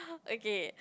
okay